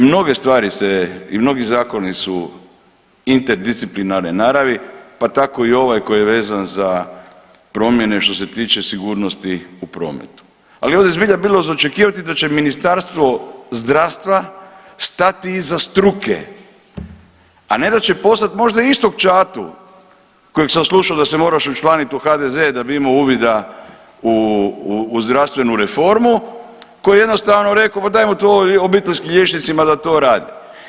Mnoge stvari se i mnogi zakoni su interdisciplinarne naravi pa tako i ovaj koji je vezan za promjene što se tiče sigurnosti u prometu, ali ovdje je zbilja bilo za očekivati da će Ministarstvo zdravstva stati iza struke, a ne da će poslat možda istog čatu kojeg sam slušao da se moraš učlaniti u HDZ da bi imao uvida u zdravstvenu reformu koji je jednostavno rekao pa dajmo to obiteljskim liječnicima da to rade.